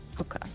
Okay